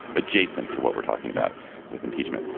adjacent to what we're talking about with impeachment.